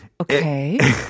okay